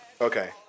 Okay